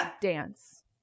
dance